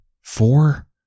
Four